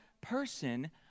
person